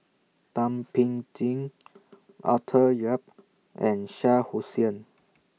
Thum Ping Tjin Arthur Yap and Shah Hussain